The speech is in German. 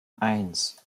eins